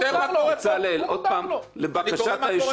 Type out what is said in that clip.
בצלאל, שוב לבקשת היושב-ראש.